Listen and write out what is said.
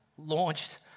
launched